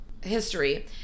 history